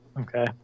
Okay